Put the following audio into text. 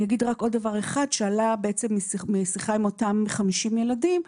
אגיד עוד דבר אחד שעלה בעצם משיחה עם אותם 50 ילדים.